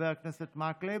חבר הכנסת מקלב,